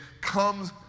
comes